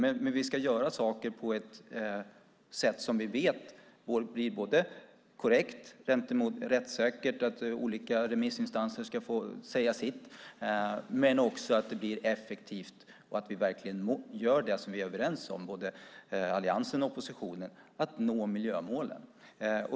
Men vi ska göra det hela på ett sätt som vi vet blir korrekt och rättssäkert, så att olika remissinstanser får säga sitt, och så att det blir effektivt och att vi gör det vi är överens om, både Alliansen och oppositionen, nämligen att nå miljömålen.